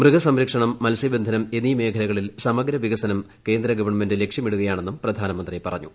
മൃഗസംരക്ഷണം മത്സൃബന്ധനം എന്നീ മേഖലകളിൽ സമഗ്ര വികസനം കേന്ദ്ര ഗവൺമെന്റ് ലക്ഷ്യമിടുകയാണെന്നും പ്രധാനമന്ത്രി പറഞ്ഞു